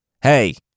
Hey